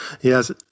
Yes